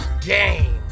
game